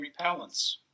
repellents